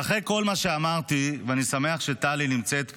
ואחרי כל מה שאמרתי, ואני שמח שטלי נמצאת פה,